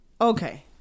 okay